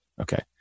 Okay